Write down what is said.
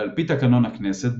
ועל פי תקנון הכנסת,